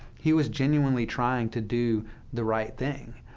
he was genuinely trying to do the right thing.